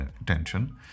attention